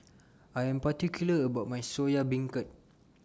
I Am particular about My Soya Beancurd